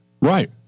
Right